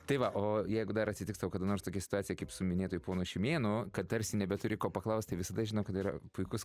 tai va o jeigu dar atsitiks tau kada nors tokia situacija kaip su minėtuoju ponu šimėnu kad tarsi nebeturi ko paklaust tai visada žino kad yra puikus